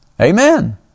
Amen